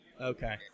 Okay